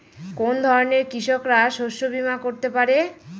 কোন ধরনের কৃষকরা শস্য বীমা করতে পারে?